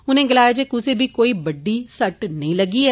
उनें गलाया जे कुसै गी कोई बड्डी सट्ट नेंई लग्गी ऐ